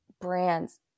brands